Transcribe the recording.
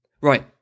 Right